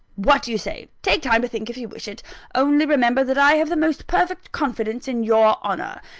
what do you say? take time to think, if you wish it only remember that i have the most perfect confidence in your honour,